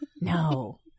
no